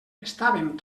estàvem